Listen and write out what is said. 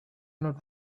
not